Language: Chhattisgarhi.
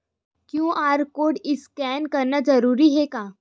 क्यू.आर कोर्ड स्कैन करना जरूरी हे का?